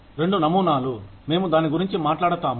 రెండు నమూనాలు మేము దాని గురించి మాట్లాడతాము